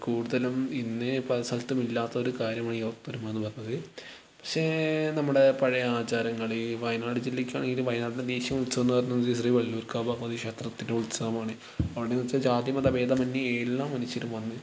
കൂടുതലും ഇന്നേ പല സ്ഥലത്തും ഇല്ലാത്തൊരു കാര്യമാണ് ഈ ഒത്തൊരുമ എന്ന് പറഞ്ഞത് പക്ഷേ നമ്മുടെ പഴയ ആചാരങ്ങളെയും വയനാട് ജില്ലക്കാണെങ്കിൽ വയനാടിൻ്റെ ദേശീയ ഉത്സവം എന്നു പറഞ്ഞാൽ എന്നുവെച്ചിട്ടുണ്ടെങ്കിൽ വല്ലൂർക്കാവ് ഭഗവതീ ക്ഷേത്രത്തിലെ ഉത്സവമാണ് അവിടെ എന്ന് വെച്ചാൽ ജാതി മത ഭേദമന്യേ എല്ലാ മനുഷ്യരും വന്ന്